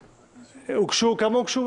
הסתייגויות הוגשו?